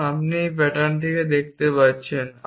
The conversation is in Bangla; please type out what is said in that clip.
এবং আপনি এই প্যাটার্নটি দেখতে পাচ্ছেন